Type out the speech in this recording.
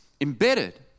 embedded